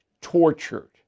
tortured